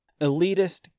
Elitist